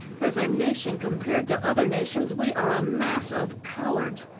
as a nation compared to other nations we are a mass of cowards.